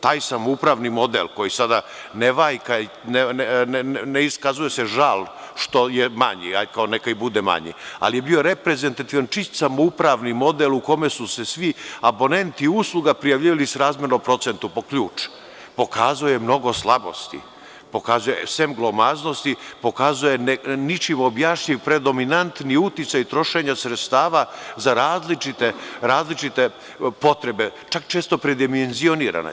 Taj samoupravni model koji sada ne valja, ne iskazuje se žal što je manji, neka i bude malji, ali je bio reprezentativan čist samoupravni model u kome su se svi abonenti usluga prijavljivali srazmerno procentu po ključu, pokazuje mnogo slabosti, sem glomaznosti, pokazuje ničim objašnjiv predominantni uticaj trošenja sredstava za različite potrebe, čak često predimenzionirane.